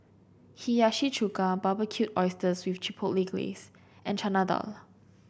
Hiyashi Chuka Barbecued Oysters with Chipotle Glaze and Chana Dal